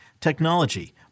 technology